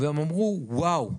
והם אמרו: וואו,